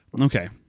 okay